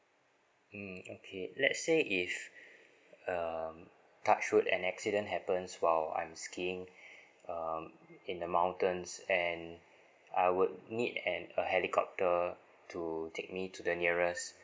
mm okay let's say if um touch wood an accident happens while I'm skiing um in the mountains and I would need an a helicopter to take me to the nearest